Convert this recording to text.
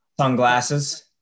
Sunglasses